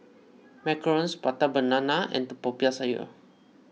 Macarons Prata Banana and Popiah Sayur